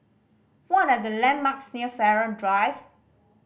what are the landmarks near Farrer Drive